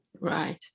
Right